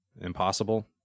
impossible